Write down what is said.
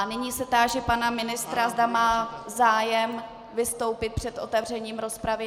Nyní se táži pana ministra, zda má zájem vystoupit před otevřením rozpravy.